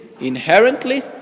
inherently